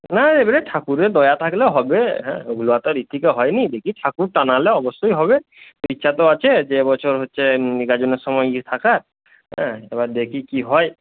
না এবারে ঠাকুরের দয়া থাকলে হবে হ্যাঁ ওগুলা তো আর ই থেকে হয় নি দেখি ঠাকুর টানালে অবশ্যই হবে ইচ্ছা তো আছে যে এ বছর হচ্ছে গাজনের সময় গিয়ে থাকার হ্যাঁ এবার দেখি কি হয়